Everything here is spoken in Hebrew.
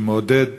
שמעודד